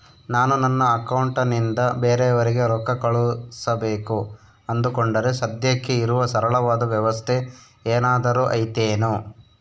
ನಾನು ನನ್ನ ಅಕೌಂಟನಿಂದ ಬೇರೆಯವರಿಗೆ ರೊಕ್ಕ ಕಳುಸಬೇಕು ಅಂದುಕೊಂಡರೆ ಸದ್ಯಕ್ಕೆ ಇರುವ ಸರಳವಾದ ವ್ಯವಸ್ಥೆ ಏನಾದರೂ ಐತೇನು?